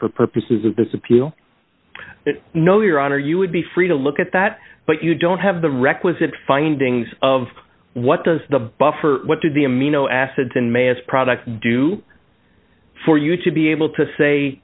for purposes of this appeal no your honor you would be free to look at that but you don't have the requisite findings of what does the buffer what did the amino acids in mass product do for you to be able to say